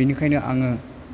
बेनिखायनो आङो